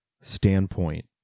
standpoint